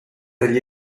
degli